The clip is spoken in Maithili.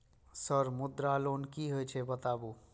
सर मुद्रा लोन की हे छे बताबू?